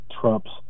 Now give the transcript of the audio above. Trump's